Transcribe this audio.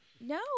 No